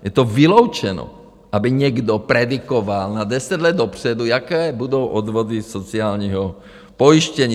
Je to vyloučeno, aby někdo predikoval na deset let dopředu, jaké budou odvody sociálního pojištění.